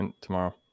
tomorrow